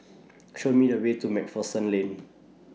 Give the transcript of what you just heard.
Show Me The Way to MacPherson Lane